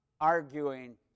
arguing